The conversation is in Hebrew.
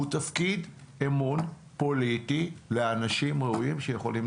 הוא תפקיד אמון פוליטי לאנשים ראויים שיכולים